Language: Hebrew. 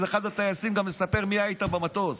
קראתי שאחד הטייסים גם מספר מי היה איתם במטוס.